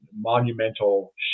monumental